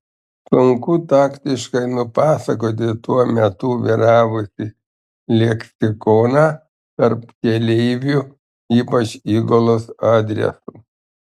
sunku taktiškai nupasakoti tuo metu vyravusį leksikoną tarp keleivių ypač įgulos adresu